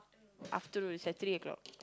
afternoon Saturday